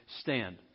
stand